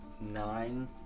nine